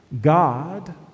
God